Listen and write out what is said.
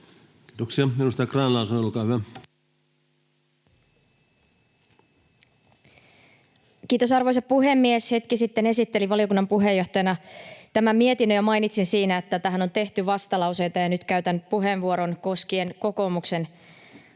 muuttamisesta Time: 18:19 Content: Kiitos, arvoisa puhemies! Hetki sitten esittelin valiokunnan puheenjohtajana tämän mietinnön ja mainitsin siinä, että tähän on tehty vastalauseita, ja nyt käytän puheenvuoron koskien kokoomuksen